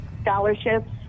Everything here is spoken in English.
scholarships